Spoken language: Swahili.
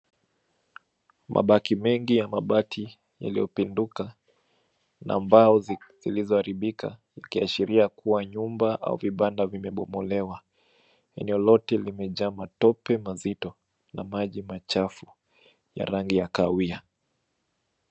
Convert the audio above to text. Mabaki mengi ya mabati iliyopinduka na mbao zilizoharibika ikiashiria kuwa nyumba au vipanda vimepomolewa. Eneo lote limejaa matope mazito na maji machafu ya rangi ya kahawia.